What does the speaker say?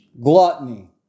Gluttony